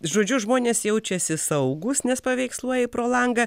žodžiu žmonės jaučiasi saugūs nes paveiksluoji pro langą